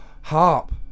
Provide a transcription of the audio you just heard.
harp